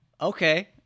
okay